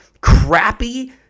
crappy